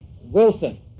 Wilson